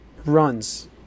runs